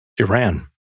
Iran